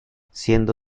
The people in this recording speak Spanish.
siendo